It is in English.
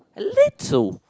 little